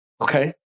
Okay